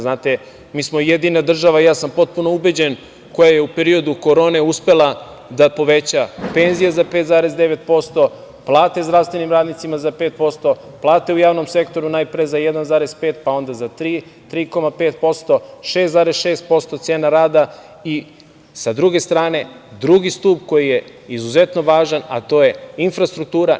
Znate, mi smo jedina država, ja sam potpuno ubeđen, koja je u periodu korone uspela da poveća penzije za 5,9%, plate zdravstvenim radnicima za 5%, plate u javnom sektoru, najpre za 1,5%, pa onda za 3,5%, 6,6% cena rada, i sa druge strane, drugi stub koji je izuzetno važan, a to je infrastruktura.